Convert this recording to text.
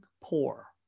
poor